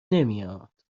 نمیاد